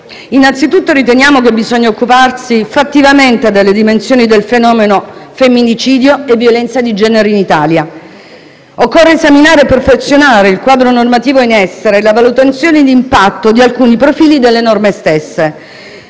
Innanzitutto, riteniamo che bisogna occuparsi fattivamente delle dimensioni del fenomeno femminicidio e violenza di genere in Italia. Occorre esaminare e perfezionare il quadro normativo in essere e la valutazione di impatto di alcuni profili delle norme stesse.